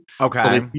okay